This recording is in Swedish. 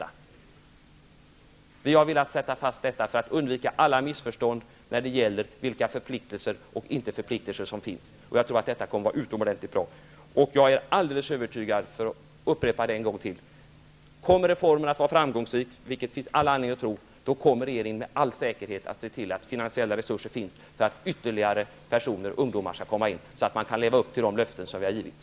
Jag ville fastställa detta i syfte att undvika alla missförstånd när det gäller förpliktelser som finns och inte finns. Jag är, för att nu upprepa det än en gång, alldeles övertygad om att om reformen kommer att visa sig vara framgångsrik -- vilket det finns all anledning att tro -- kommer regeringen med all säkerhet att se till att det kommer att finnas finansiella resurser för att ytterligare ungdomar skall få denna chans, för att vi skall kunna leva upp till givna löften.